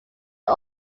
was